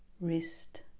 wrist